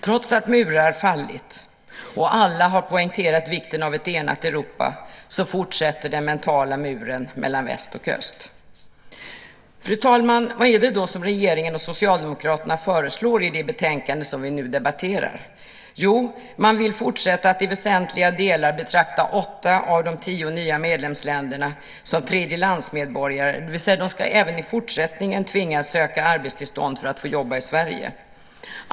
Trots att murar fallit och alla har poängterat vikten av ett enat Europa fortsätter den mentala muren mellan väst och öst. Fru talman! Vad är det då som regeringen och Socialdemokraterna föreslår i det betänkande som vi nu debatterar? Jo, man vill fortsätta att i väsentliga delar betrakta medborgare i åtta av de tio nya medlemsländerna som tredjelandsmedborgare, det vill säga att de även i fortsättningen ska tvingas söka arbetstillstånd för att få jobba i Sverige.